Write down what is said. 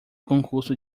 concurso